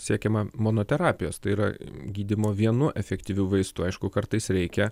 siekiama mano terapijos tai yra gydymo vienu efektyviu vaistu aišku kartais reikia